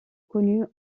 connues